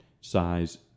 size